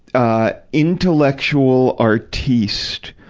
ah, intellectual artiste,